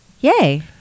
Yay